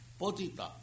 Potita